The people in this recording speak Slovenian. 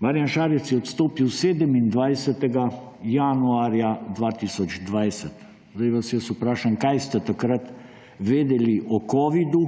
Marjan Šarec je odstopil 27. januarja 2020. Sedaj vas jaz vprašam, kaj ste takrat vedeli o covidu.